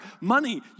Money